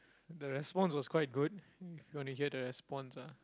the response was quite good you wanna hear the response ah